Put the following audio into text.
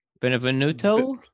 Benvenuto